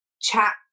chat